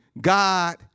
God